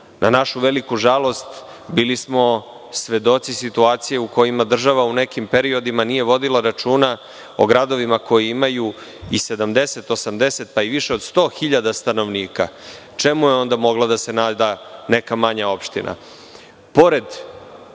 Nažalost, bili smo svedoci situacije u kojima država u nekim periodima nije vodila računa o gradovima koji imaju i 70, 80, pa i više od 100.000 stanovnika. Čemu je onda mogla da se nada neka manja opština? Pored